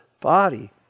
Body